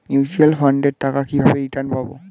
Mutual ফান্ডের টাকা কিভাবে রিটার্ন পাব?